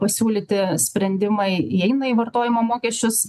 pasiūlyti sprendimai įeina į vartojimo mokesčius